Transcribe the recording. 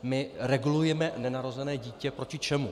My regulujeme nenarozené dítě proti čemu?